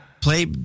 Play